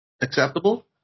Acceptable